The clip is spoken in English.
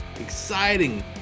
exciting